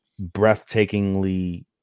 breathtakingly